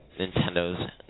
Nintendo's